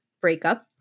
breakup